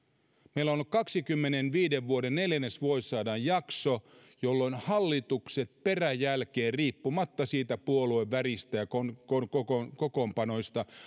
meillä on ollut kahdenkymmenenviiden vuoden neljännesvuosisadan jakso jolloin hallitukset peräjälkeen riippumatta puolueväristä ja kokoonpanoista